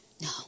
No